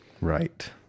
Right